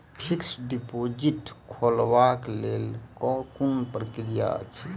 Fixed deposit खोलबाक लेल केँ कुन प्रक्रिया अछि?